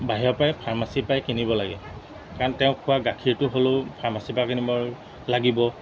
বাহিৰৰপৰাই ফাৰ্মাচীৰপৰাই কিনিব লাগে কাৰণ তেওঁ খোৱা গাখীৰটো হ'লেও ফাৰ্মাচীপৰা কিনিব লাগিব